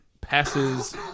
passes